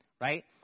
right